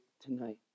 tonight